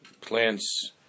plants